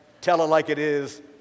tell-it-like-it-is